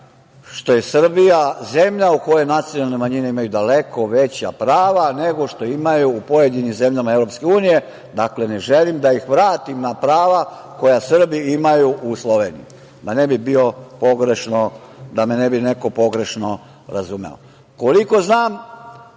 što je Srbija zemlja u kojoj nacionalne manjine imaju daleko veća prava, nego što imaju u pojedinim zemljama EU. Dakle, ne želim da ih vratim na prava koja Srbi imaju u Sloveniji, da me neko ne bi pogrešno razumeo. Koliko znam